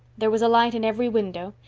there was a light in every window,